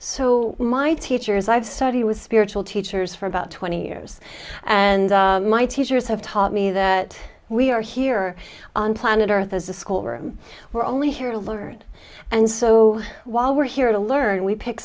so my teachers i've studied with spiritual teachers for about twenty years and my teachers have taught me that we are here on planet earth as a school where we're only here to learn and so while we're here to learn we pick